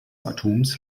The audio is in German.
atoms